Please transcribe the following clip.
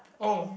oh